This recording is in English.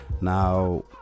Now